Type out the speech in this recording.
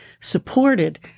supported